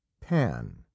Pan